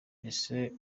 isaie